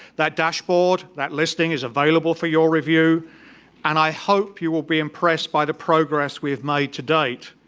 that dashboard, that listing, is available for your review and i hope you will be impressed by the progress we've made to date,